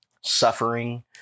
suffering